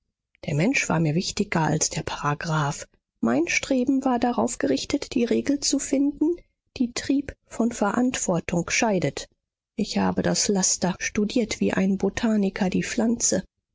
der mensch war mir wichtiger als der paragraph mein streben war darauf gerichtet die regel zu finden die trieb von verantwortung scheidet ich habe das laster studiert wie ein botaniker die pflanze